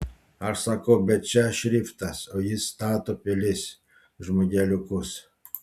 aš sakau bet čia šriftas o jis stato pilis žmogeliukus